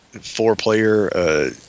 four-player